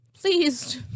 please